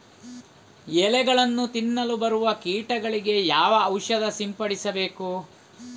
ಎಲೆಗಳನ್ನು ತಿನ್ನಲು ಬರುವ ಕೀಟಗಳಿಗೆ ಯಾವ ಔಷಧ ಸಿಂಪಡಿಸಬೇಕು?